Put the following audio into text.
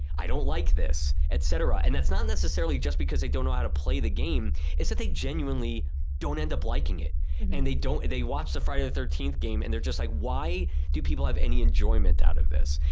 i don't like this etc and that's not necessarily. just because they don't know how to play the game it's that they genuinely don't end up liking it and they don't they watch the friday the thirteenth game and they're just like why do people have any enjoyment out of this?